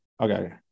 Okay